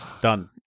Done